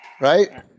right